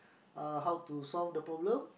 uh how to solve the problem